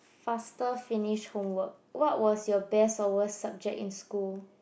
faster finish homework what was your best or worst subject in school